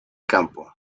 campo